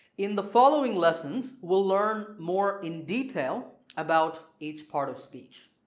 in the following lessons we'll learn more in detail about each part of speech.